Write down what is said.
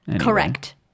Correct